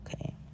Okay